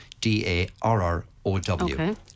D-A-R-R-O-W